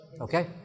Okay